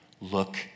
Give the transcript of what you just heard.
look